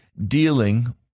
dealing